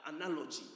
analogy